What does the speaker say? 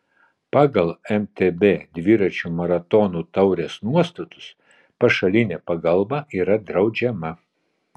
pagal mtb dviračių maratonų taurės nuostatus pašalinė pagalba yra draudžiama